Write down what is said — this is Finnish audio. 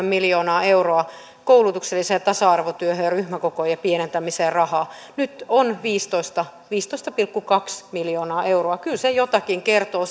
miljoonaa euroa koulutukselliseen tasa arvotyöhön ja ryhmäkokojen pienentämiseen rahaa nyt on viisitoista pilkku kaksi miljoonaa euroa kyllä se jotakin kertoo